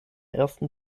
ersten